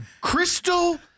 crystal